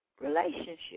relationship